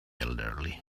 elderly